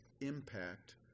impact